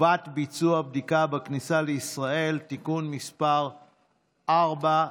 (חובת ביצוע בדיקה בכניסה לישראל) (תיקון מס' 4),